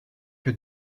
que